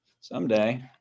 Someday